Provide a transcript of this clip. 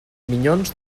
minyons